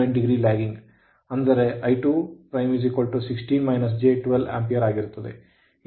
87 degree lagging ಅಂದರೆ I2 16 j 12 Ampere ಆಗಿರುತ್ತದೆ